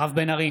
מירב בן ארי,